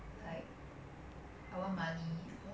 err money makes the world go round